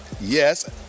Yes